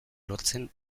lortzen